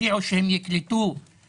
אני רוצה שנפריד בין שני